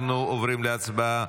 אנחנו עוברים להצבעה.